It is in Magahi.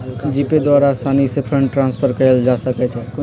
जीपे द्वारा असानी से फंड ट्रांसफर कयल जा सकइ छइ